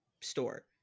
store